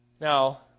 Now